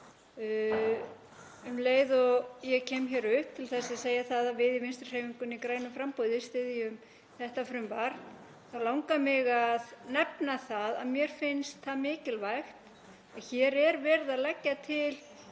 Um leið og ég kem hér upp til þess að segja að við í Vinstrihreyfingunni – grænu framboði styðjum þetta frumvarp, þá langar mig að nefna það að mér finnst það mikilvægt að hér er verið að leggja til